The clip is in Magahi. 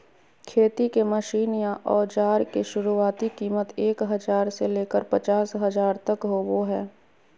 खेती के मशीन या औजार के शुरुआती कीमत एक हजार से लेकर पचास हजार तक होबो हय